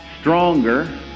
stronger